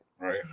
Right